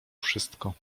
wszystko